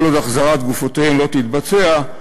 שכל עוד החזרת גופותיהם לא תתבצע,